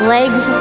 Legs